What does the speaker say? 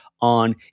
on